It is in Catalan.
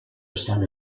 estan